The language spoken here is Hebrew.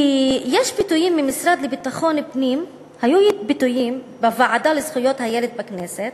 כי היו ביטויים מהמשרד לביטחון פנים בוועדה לזכויות הילד בכנסת,